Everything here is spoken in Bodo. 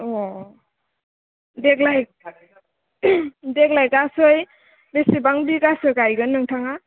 अ देग्लाय देग्लाय गासै बेसेबां बिगासो गायगोन नोंथाङा